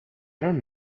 don’t